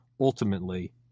Ultimately